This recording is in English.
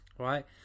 Right